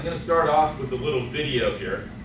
and start off with a little video here.